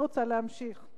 אני רוצה להמשיך.